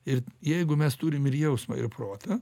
ir jeigu mes turim ir jausmą ir protą